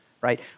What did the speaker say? right